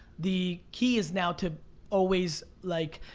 the key is now to always like